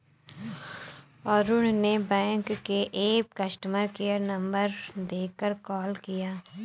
अरुण ने बैंक के app customer care number देखकर कॉल किया